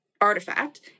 Artifact